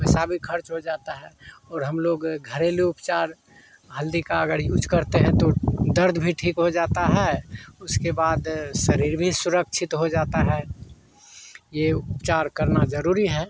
पैसा भी खर्च हो जाता है और हम लोग घरेलू उपचार हल्दी का अगर यूज़ करते हैं तो दर्द भी ठीक हो जाता है उसके बाद शरीर भी सुरक्षित हो जाता है यह उपचार करना ज़रूरी है